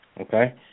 Okay